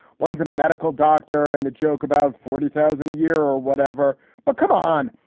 one's a medical doctor. and the joke about forty thousand a year or whatever, but come on.